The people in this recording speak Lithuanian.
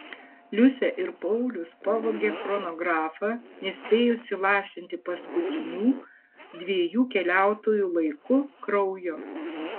liusė ir paulius pavogė chronografą nespėjus įlašinti paskutinių dviejų keliautojų laiku kraujo